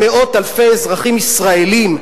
על מאות אלפי אזרחים ישראלים,